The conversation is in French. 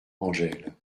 angèle